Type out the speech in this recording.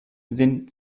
sind